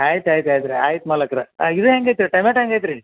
ಆಯ್ತು ಆಯ್ತು ಆಯ್ತ್ರೀ ಆಯ್ತು ಮಾಲೀಕ್ರೇ ಹಾಂ ಇದು ಹೆಂಗೈತೆ ರೀ ಟಮೆಟ ಹೆಂಗಾಯ್ತು ರೀ